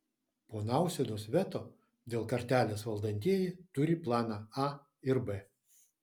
po nausėdos veto dėl kartelės valdantieji turi planą a ir b